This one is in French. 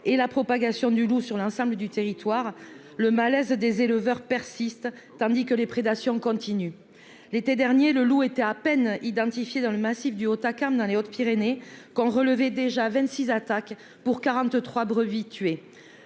et la propagation du loup sur l'ensemble du territoire, le malaise des éleveurs persiste, tandis que les prédations continue, l'été dernier le loup était à peine identifiés dans le massif du Hautacam dans les Hautes-Pyrénées, quand relevé déjà 26 attaque pour 43 brevis tué,